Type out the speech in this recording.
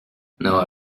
now